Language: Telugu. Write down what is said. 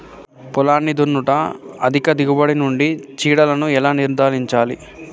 పొలాన్ని దున్నుట అధిక దిగుబడి నుండి చీడలను ఎలా నిర్ధారించాలి?